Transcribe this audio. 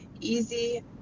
easy